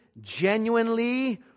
genuinely